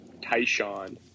Tyshawn